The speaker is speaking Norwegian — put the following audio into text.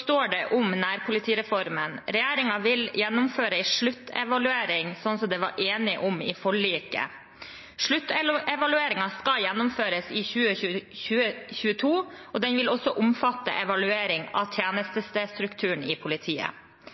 står det om nærpolitireformen: «Regjeringen vil gjennomføre en sluttevaluering slik som det var enighet om i forliket. Sluttevalueringen skal gjennomføres i 2022, og den vil også omfatte evaluering av tjenestestedstrukturen i politiet.»